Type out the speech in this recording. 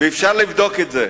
אפשר לבדוק את זה.